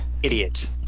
Idiot